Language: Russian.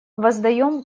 воздаем